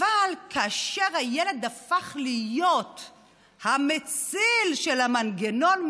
אבל כאשר הילד הפך להיות המציל של המנגנון,